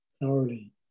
thoroughly